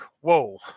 whoa